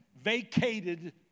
vacated